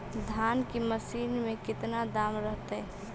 धान की मशीन के कितना दाम रहतय?